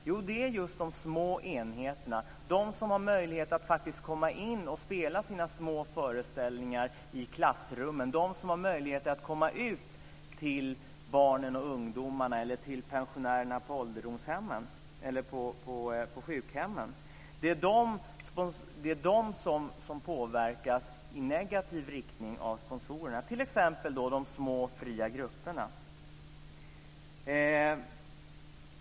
Jo, det är just de små enheterna - de som har möjlighet att komma och spela sina små föreställningar i klassrummen och som har möjlighet att komma till barn och ungdomar eller till pensionärer på sjukhemmen - som påverkas i negativ riktning av sponsorerna. Det gäller t.ex. de små fria grupperna.